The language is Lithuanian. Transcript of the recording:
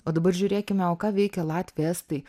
o dabar žiūrėkime o ką veikia latviai estai